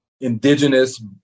indigenous